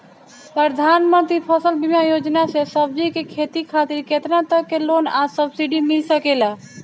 प्रधानमंत्री फसल बीमा योजना से सब्जी के खेती खातिर केतना तक के लोन आ सब्सिडी मिल सकेला?